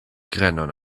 grenon